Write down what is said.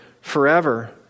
forever